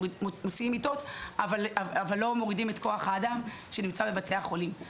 מוציאים מיטות אבל לא מורידים מכוח האדם שנמצא בבתי החולים.